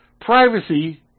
Privacy